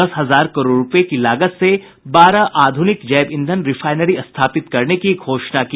दस हजार करोड़ रुपये की लागत से बारह आधुनिक जैव ईंधन रिफाइनरी स्थापित करने की घोषणा की